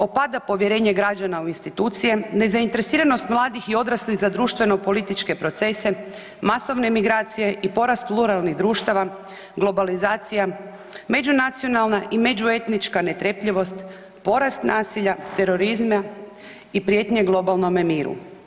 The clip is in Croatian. Opada povjerenje građana u institucije, nezainteresiranost mladih i odraslih za društvenopolitičke procese, masovne migracije i porast pluralnih društava, globalizacija, međunacionalna i međuetnička netrpeljivost, porast nasilja, terorizma i prijetnja globalnome miru.